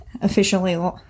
officially